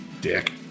Dick